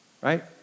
right